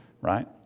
right